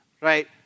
right